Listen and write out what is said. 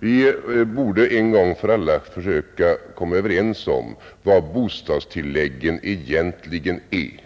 Vi borde en gång för alla försöka komma överens om vad bostadstilläggen egentligen är.